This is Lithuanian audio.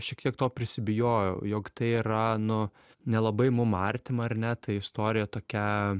šiek tiek prisibijojau jog tai yra nu nelabai mum artima ar ne ta istorija tokia